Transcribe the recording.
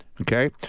Okay